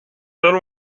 then